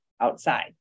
outside